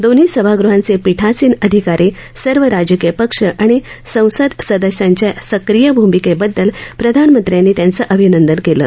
दोन्ही सभागृहांचे पीठासीन अधिकारी सर्व राजकीय पक्ष आणि संसद सदस्यांच्या सक्रिय भूमिकेबददल प्रधानमंत्र्यांनी त्यांचं अभिनंदन केलं